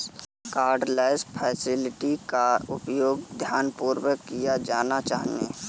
cardless facility का उपयोग ध्यानपूर्वक किया जाना चाहिए